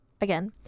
again